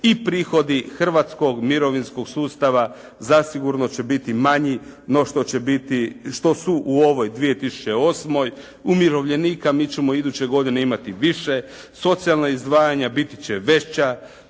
i prihodi hrvatskog mirovinskog sustava zasigurno će biti manji no što su u ovoj 2008. Umirovljenika mi ćemo u idućoj godini imati više, socijalna izdvajanja biti će veća,